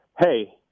hey